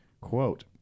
Quote